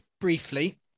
briefly